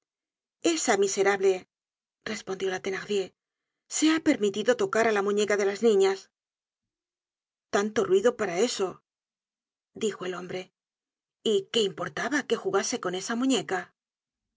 esa miserable respondió la thenardier se ha permitido tocar á la muñeca de las niñas i tanto ruido para eso dijo el hombre y qué importaba que jugase con esa muñeca